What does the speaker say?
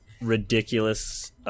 ridiculous